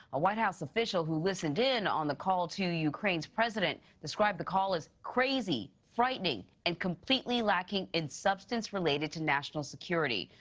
a white house official who listened in on the call to ukraine's president described the call as crazy, frightening, and completely lacking in substance related to national security.